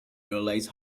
realize